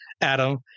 Adam